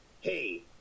hey